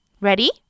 Ready